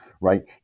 right